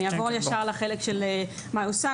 (באמצעות מצגת) אני אעבור ישר לחלק של מה שיושם.